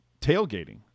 tailgating